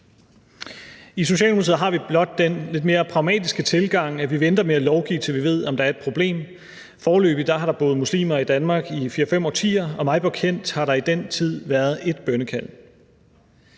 I Socialdemokratiet har vi blot den lidt mere pragmatiske tilgang, at vi venter med at lovgive, til vi ved, om der er et problem. Foreløbig har der boet muslimer i Danmark i fire-fem årtier, og mig bekendt har der i den tid været ét bønnekald.